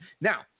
Now